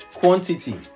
quantity